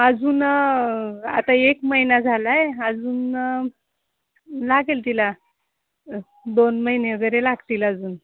अजून आता एक महिना झाला आहे अजून लागेल तिला दोन महिने वगैरे लागतील अजून